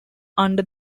under